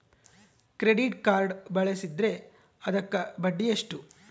Credit card ಬಳಸಿದ್ರೇ ಅದಕ್ಕ ಬಡ್ಡಿ ಎಷ್ಟು?